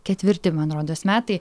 ketvirti man rodos metai